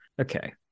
okay